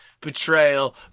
Betrayal